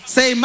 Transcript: Say